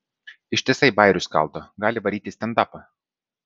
ištisai bajerius skaldo gali varyt į stendapą